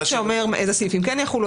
יש סעיף שאומר אילו סעיפים כן יחולו,